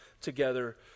together